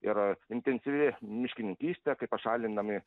ir intensyvi miškininkystė kai pašalinami